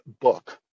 book